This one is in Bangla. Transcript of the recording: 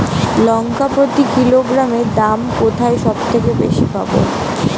লঙ্কা প্রতি কিলোগ্রামে দাম কোথায় সব থেকে বেশি পাব?